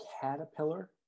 caterpillar